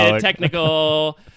technical